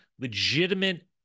legitimate